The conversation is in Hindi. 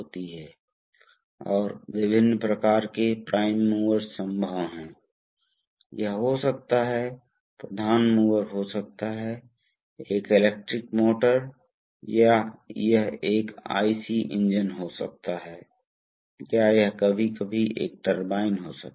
दूसरी ओर याद रखें कि यह बल नियंत्रण रणनीति अनिवार्य रूप से इस वाल्व के करेंट बल की विशेषता पर निर्भर है ताकि इसका पक्का होना चाहिए और यदि यह पर्याप्त नहीं है तो आपका बल स्थिर रहने वाला नहीं है